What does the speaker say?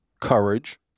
courage